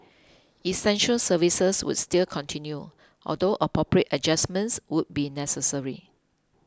essential services would still continue although appropriate adjustments would be necessary